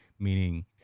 meaning